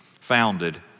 founded